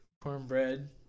Cornbread